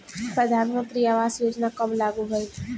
प्रधानमंत्री आवास योजना कब लागू भइल?